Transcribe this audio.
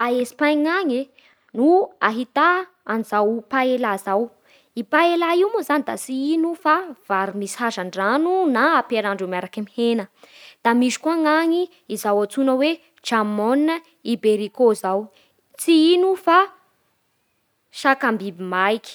A Espaina any e, no ahita an'izao paela zao, i paela io zany tsy ino fa vary misy hazan-drano na mpiarahandreo miaraky amin'ny hena Da misy koa ny agny izao antsoina hoe jamon iberico zao, tsy ino io fa sakam-biby maiky